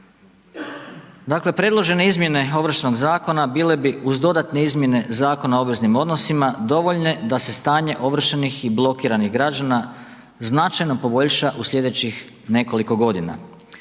Dakle, predložene izmjene Ovršnog zakona bile bi uz dodatne izmjene Zakona o obveznim odnosima dovoljne da se stanje ovršenih i blokiranih građana značajno poboljša u slijedećih nekoliko godina.